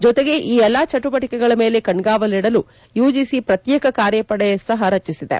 ಜತೆಗೆ ಈ ಎಲ್ಲಾ ಚಟುವಟಿಕೆಗಳ ಮೇಲೆ ಕಣ್ಗಾವಲು ಇಡಲು ಯುಜಿಸಿ ಪ್ರತ್ಯೇಕ ಕಾರ್ಯಪಡೆಯೊಂದನ್ನು ಸಪ ರಚಿಸಿದೆ